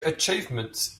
achievements